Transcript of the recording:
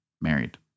married